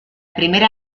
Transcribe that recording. primera